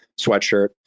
sweatshirt